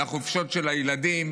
לחופשות של הילדים,